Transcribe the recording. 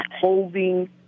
holding